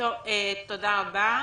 תודה רבה.